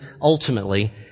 ultimately